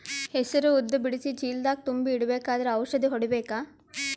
ಹೆಸರು ಉದ್ದ ಬಿಡಿಸಿ ಚೀಲ ದಾಗ್ ತುಂಬಿ ಇಡ್ಬೇಕಾದ್ರ ಔಷದ ಹೊಡಿಬೇಕ?